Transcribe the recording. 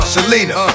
Selena